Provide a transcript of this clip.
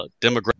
Demographic